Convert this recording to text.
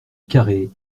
carré